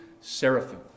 seraphim